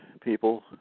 people